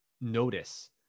notice